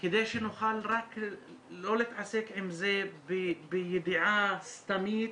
כדי שנוכל רק לא להתעסק עם זה בידיעה סתמית,